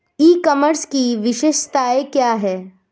ई commerce की विशेषताएं क्या हैं?